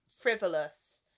frivolous